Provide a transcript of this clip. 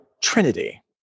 Trinity